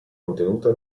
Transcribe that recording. contenuta